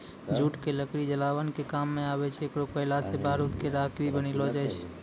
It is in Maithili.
जूट के लकड़ी जलावन के काम मॅ आवै छै, एकरो कोयला सॅ बारूद के राख भी बनैलो जाय छै